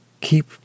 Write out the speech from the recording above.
keep